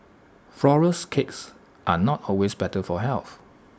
Flourless Cakes are not always better for health